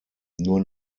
nur